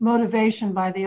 motivation by the